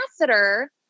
ambassador